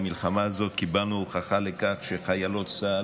במלחמה הזאת קיבלנו הוכחה לכך שחיילות צה"ל